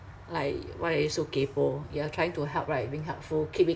like why are you so kaypoh you are trying to help right being helpful keep it